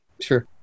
Sure